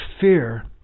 fear